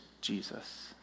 Jesus